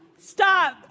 Stop